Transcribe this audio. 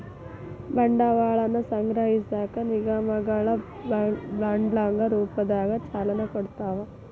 ಬಂಡವಾಳವನ್ನ ಸಂಗ್ರಹಿಸಕ ನಿಗಮಗಳ ಬಾಂಡ್ಗಳ ರೂಪದಾಗ ಸಾಲನ ಕೊಡ್ತಾವ